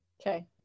Okay